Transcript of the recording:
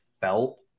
felt